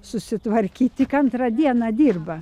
susitvarkyt tik antrą dieną dirba